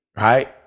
Right